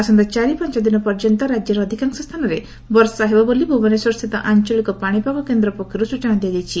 ଆସନ୍ତା ଚାରି ପାଞ୍ଚଦିନ ପାର୍ଯ୍ୟନ୍ତ ରାଜ୍ୟର ଅଧିକାଂଶ ସ୍ଥାନରେ ବର୍ଷା ହେବ ବୋଲି ଭୁବନେଶ୍ୱରସ୍ଥିତ ଆଞ୍ଚଳିକ ପାଶିପାଗ କେନ୍ଦ୍ର ପକ୍ଷରୁ ସୂଚନା ଦିଆଯାଇଛି